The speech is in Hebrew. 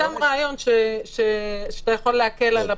זה רעיון שיכול להקל.